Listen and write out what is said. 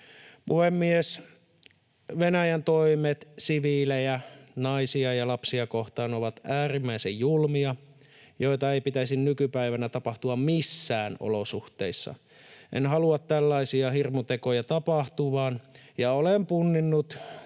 Puhemies! Venäjän toimet siviilejä, naisia ja lapsia kohtaan ovat äärimmäisen julmia, eikä niitä pitäisi nykypäivänä tapahtua missään olosuhteissa. En halua tällaisia hirmutekoja tapahtuvan, ja olen punninnut tarkasti